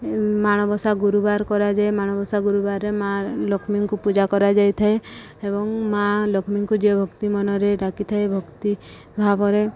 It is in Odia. ମାଣବସା ଗୁରୁବାର କରାଯାଏ ମାଣବସା ଗୁରୁବାରରେ ମା ଲକ୍ଷ୍ମୀଙ୍କୁ ପୂଜା କରାଯାଇଥାଏ ଏବଂ ମା ଲକ୍ଷ୍ମୀଙ୍କୁ ଯେ ଭକ୍ତି ମନରେ ଡାକିଥାଏ ଭକ୍ତି ଭାବରେ